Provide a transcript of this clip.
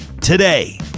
today